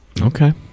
Okay